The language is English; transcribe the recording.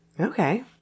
Okay